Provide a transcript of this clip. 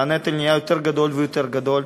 הנטל נהיה יותר ויותר גדול.